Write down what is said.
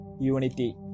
unity